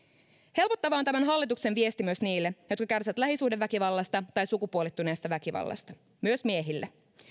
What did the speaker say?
helpottava on tämän hallituksen viesti myös niille jotka kärsivät lähisuhdeväkivallasta tai sukupuolittuneesta väkivallasta myös miehille